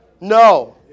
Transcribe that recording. No